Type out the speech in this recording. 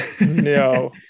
No